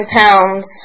pounds